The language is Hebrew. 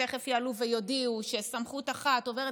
תכף יעלו ויודיעו שסמכות אחת עוברת